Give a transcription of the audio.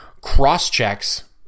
cross-checks